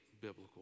biblical